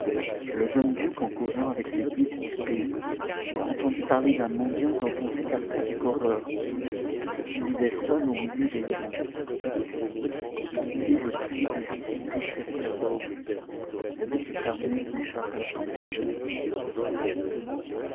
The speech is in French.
le jeune duc en causant avec les guides du pays entendit parler d'un mendiant dont on s'écartait avec horreur et qui vivait seul au milieu des ruines l'idée le prit de visiter cet homme car nul n'échappe à son destin